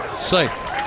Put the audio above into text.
safe